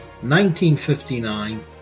1959